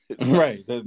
Right